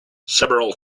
several